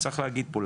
צריך להגיד פה,